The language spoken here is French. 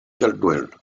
caldwell